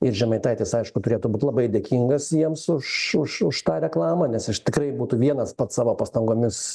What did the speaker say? ir žemaitaitis aišku turėtų būt labai dėkingas jiems už už už tą reklamą nes aš tikrai būtų vienas pats savo pastangomis